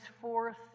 forth